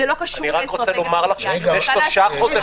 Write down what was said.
יש לך מדיניות בדיקות אחרת ויש לך גישה שונה